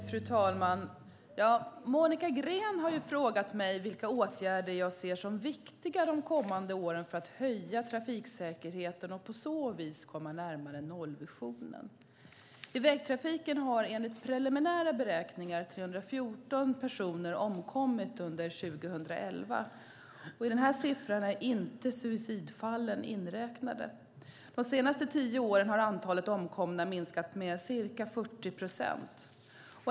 Fru talman! Monica Green har frågat mig vilka åtgärder jag ser som viktiga de kommande åren för att höja trafiksäkerheten och på så vis komma närmare nollvisionen. I vägtrafiken har enligt preliminära beräkningar 314 personer omkommit under 2011. I denna siffra är inte suicidfallen inräknade. De senaste tio åren har antalet omkomna minskat med ca 40 procent.